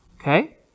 Okay